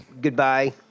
goodbye